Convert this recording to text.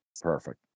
Perfect